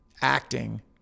acting